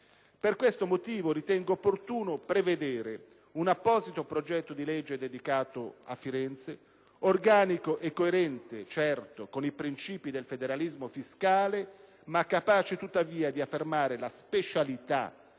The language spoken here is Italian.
Per questo motivo ritengo opportuno prevedere un apposito progetto di legge dedicato a Firenze, organico e coerente, certo, con i principi del federalismo fiscale, ma capace tuttavia di affermare la specialità